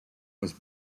was